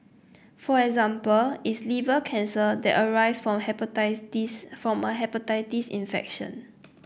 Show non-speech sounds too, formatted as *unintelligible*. for example is liver cancer that arise for *unintelligible* from a hepatitis infection